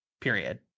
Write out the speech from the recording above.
Period